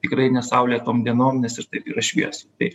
tikrai ne saulėtom dienom nes ir taip yra šviesu tai